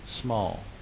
small